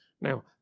Now